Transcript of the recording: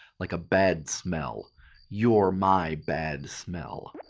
like a bad smell you're my bad smell.